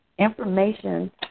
Information